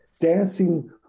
Dancing